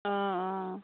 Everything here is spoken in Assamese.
অঁ অঁ